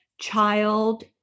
child